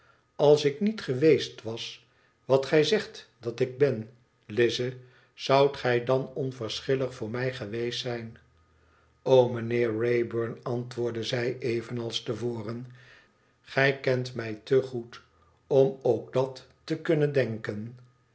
als ik niet geweest was wat gij zegt dat ik ben lize zoudt gij dan onverschillig voor mij geweest zijn lo mijnheer wraybum antwoordde zij evenals te voren i gij kent mij te goed om ook dat te kunnen denken